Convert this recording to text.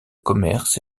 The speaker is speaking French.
commerce